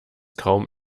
kaum